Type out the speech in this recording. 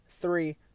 three